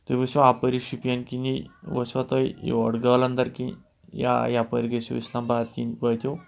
تُہۍ ؤسِو اَپٲری شُپیَن کِنی وٕژھوا تۄہہِ یور گالَندَر کِنۍ یا یپٲرۍ گٔژھِو اِسلام آباد کِنۍ وٲتِو